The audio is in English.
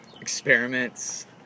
experiments